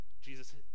Jesus